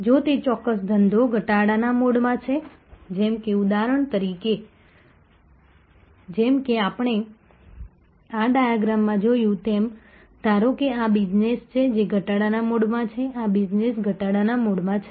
જો તે ચોક્કસ ધંધો ઘટાડા ના મોડમાં છે જેમ કે ઉદાહરણ તરીકે જેમ કે આપણે આ ડાયાગ્રામમાં જોયું તેમ ધારો કે આ બિઝનેસ છે જે ઘટાડા મોડમાં છે આ બિઝનેસ ઘટાડા મોડમાં છે